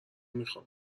میخوام